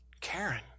Karen